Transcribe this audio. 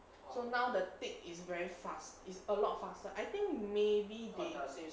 so now the tick is very fast is a lot faster I think maybe they